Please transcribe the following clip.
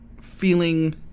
feeling